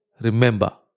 Remember